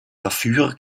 dafür